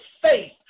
faith